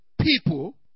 people